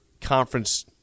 conference